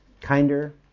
Kinder